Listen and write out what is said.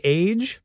age